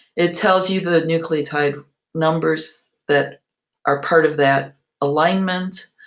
it tell you the nucleotide numbers that are part of that alignment,